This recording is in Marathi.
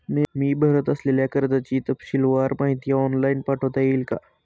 मी भरत असलेल्या कर्जाची तपशीलवार माहिती ऑनलाइन पाठवता येईल का?